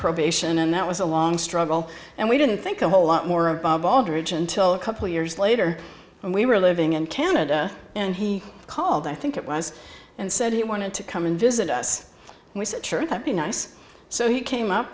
probation and that was a long struggle and we didn't think a whole lot more above aldridge until a couple of years later when we were living in canada and he called i think it was and said he wanted to come and visit us and we said sure that be nice so he came up